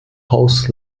haus